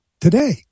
today